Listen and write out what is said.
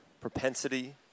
propensity